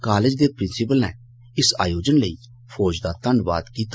college दे principal नै इस आयोजन लेई फौज दा धन्नबाद कीता